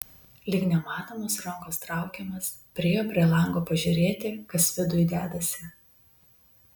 lyg nematomos rankos traukiamas priėjo prie lango pažiūrėti kas viduj dedasi